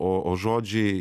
o o žodžiai